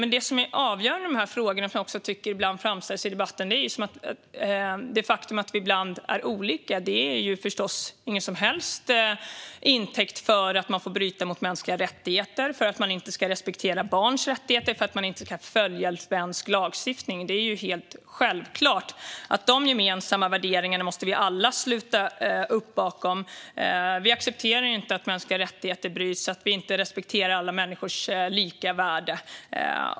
Men det som är avgörande i dessa frågor gäller något som jag ibland tycker framställs i debatten. Det faktum att vi ibland är olika är förstås inte alls något som kan tas som intäkt för att man får bryta bryta mot mänskliga rättigheter, inte respektera barns rättigheter eller inte följa svensk lagstiftning. Det är helt självklart att vi alla måste sluta upp bakom dessa gemensamma värderingar. Vi accepterar inte att man bryter mot mänskliga rättigheter eller inte accepterar alla människors lika värde.